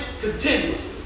continuously